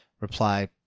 reply